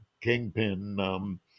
kingpin